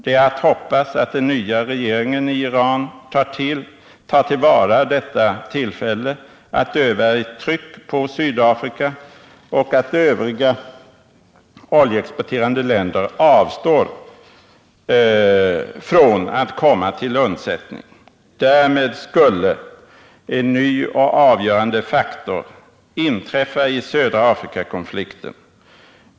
Det är att hoppas att den nya regeringen i Iran tar till vara detta tillfälle att utöva ett tryck på Sydafrika och att övriga oljeexporterande länder avstår från att komma till dess undsättning. Därmed skulle en ny och avgörande faktor inträda i södra Afrikakonflikten.